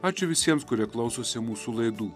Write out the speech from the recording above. ačiū visiems kurie klausosi mūsų laidų